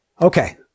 Okay